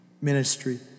ministry